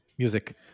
Music